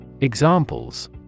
Examples